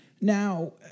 now